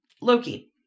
Loki